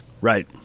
Right